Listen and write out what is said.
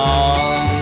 on